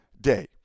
day